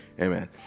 amen